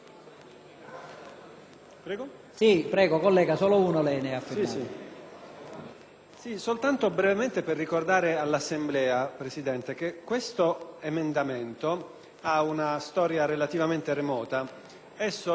intervengo brevemente per ricordare all'Assemblea che l'emendamento 4.104 ha una storia relativamente remota. Esso infatti è parte dell'originario disegno di legge unificato